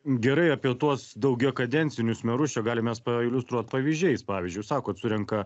gerai apie tuos daugiakadencinius merus čia galim mes pailiustruot pavyzdžiais pavyzdžiui sakot surenka